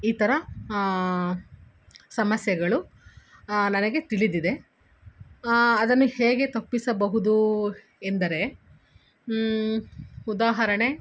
ಈ ಥರ ಸಮಸ್ಯೆಗಳು ನನಗೆ ತಿಳಿದಿದೆ ಅದನ್ನು ಹೇಗೆ ತಪ್ಪಿಸಬಹುದು ಎಂದರೆ ಉದಾಹರಣೆ